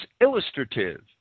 illustrative